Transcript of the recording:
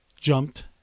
jumped